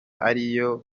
ariyo